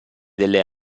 delle